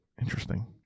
interesting